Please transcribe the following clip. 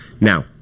Now